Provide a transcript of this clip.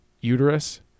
uterus